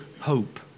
hope